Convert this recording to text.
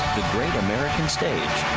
great american stage